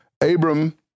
Abram